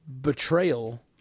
betrayal